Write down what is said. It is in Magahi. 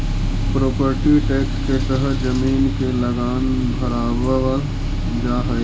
प्रोपर्टी टैक्स के तहत जमीन के लगान भरवावल जा हई